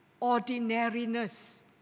ordinariness